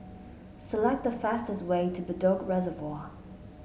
select the fastest way to Bedok Reservoir